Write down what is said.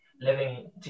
living